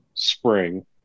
spring